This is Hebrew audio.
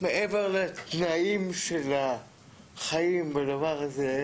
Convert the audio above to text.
מעבר לתנאים של החיים בדבר הזה,